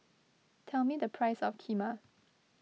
tell me the price of Kheema